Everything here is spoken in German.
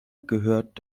gehört